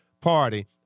Party